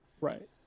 Right